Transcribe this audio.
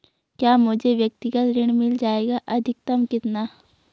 क्या मुझे व्यक्तिगत ऋण मिल जायेगा अधिकतम कितना?